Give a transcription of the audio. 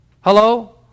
Hello